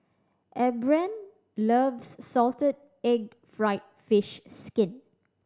Abram loves salted egg fried fish skin